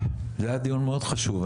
זה היה דיון מאוד חשוב,